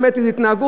באמת איזו התנהגות,